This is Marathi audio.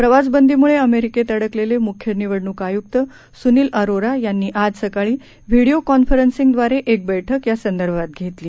प्रवासबंदीमुळे अमेरिकेत अडकलेले मुख्य निवडणूक आयुक सुनील अरोरा यांनी आज सकाळी व्हीडीओ कॉन्फरन्सिंगद्वारे एक बैठक या संदर्भात घेतली